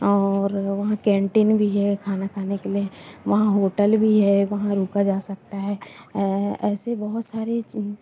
और वहाँ कैंटीन भी है खाना खाने के लिए वहाँ होटल है वहाँ रुका जा सकता है ऐसे बहुत सारे